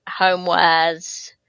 homewares